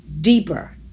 deeper